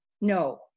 no